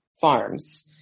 farms